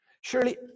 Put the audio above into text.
Surely